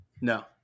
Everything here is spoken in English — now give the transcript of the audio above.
No